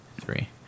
three